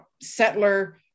settler